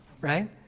right